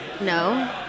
No